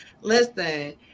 Listen